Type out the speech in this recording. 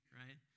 right